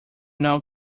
now